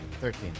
Thirteen